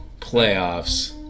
Playoffs